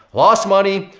lost money,